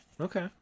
Okay